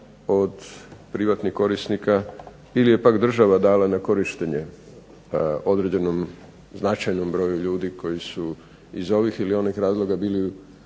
od privatnih korisnika ili je pak država dala na korištenje određenom značajnom broju ljudi koji su iz ovih ili onih razloga bili u